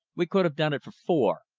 we could have done it for four,